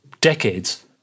decades